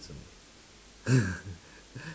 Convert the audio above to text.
only